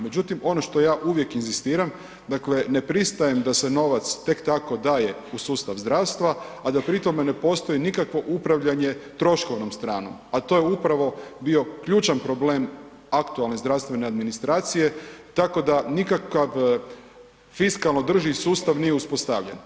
Međutim, ono što ja uvijek inzistiram, dakle ne pristajem da se novac tek tako daje u sustav zdravstva, a da pri tome ne postoji nikakvo upravljanje troškovnom stranom, a to je upravo bio ključan problem aktualne zdravstvene administracije, tako da nikakav fiskalno održivi sustav nije uspostavljen.